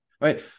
right